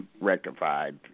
rectified